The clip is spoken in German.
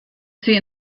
sie